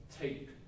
take